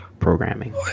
programming